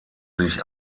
sich